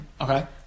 Okay